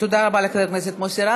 תודה רבה לחבר הכנסת מוסי רז.